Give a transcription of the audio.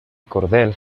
cordel